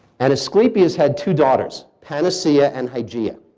and asclepius had two daughters, panaceia and hygeia.